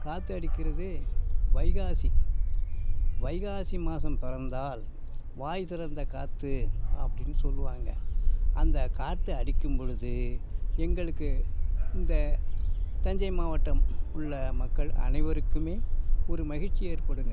காற்று அடிக்கிறது வைகாசி வைகாசி மாதம் பிறந்தால் வாய் திறந்த காற்று அப்படின் சொல்லுவாங்க அந்த காற்று அடிக்கும்பொழுது எங்களுக்கு இந்த தஞ்சை மாவட்டம் உள்ள மக்கள் அனைவருக்குமே ஒரு மகிழ்ச்சி ஏற்படுங்க